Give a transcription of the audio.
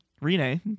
Rene